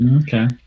Okay